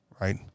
right